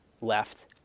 left